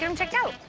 um checked out.